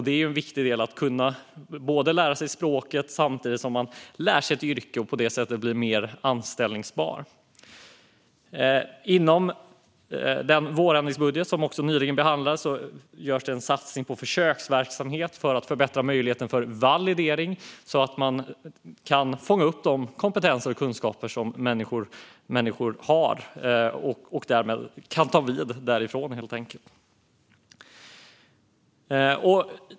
Det är en viktig del att kunna lära sig språket samtidigt som man lär sig ett yrke och på det sättet bli mer anställbar. Inom den vårändringsbudget som nyligen behandlades görs det också en satsning på försöksverksamhet för att förbättra möjligheten till validering så att vi kan fånga upp de kompetenser och kunskaper som människor har och de kan ta vid därifrån.